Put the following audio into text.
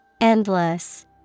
Endless